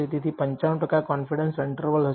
તેથી તે 95 ટકા કોન્ફિડેન્સ ઈન્ટરવલ હશે